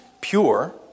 pure